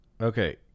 Okay